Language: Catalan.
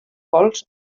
cols